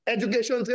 Education